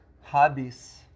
hobbies